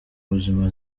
buzima